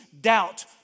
doubt